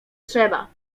trzeba